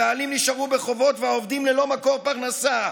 הבעלים נשארו בחובות והעובדים ללא מקור פרנסה.